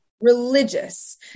religious